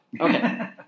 Okay